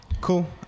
Cool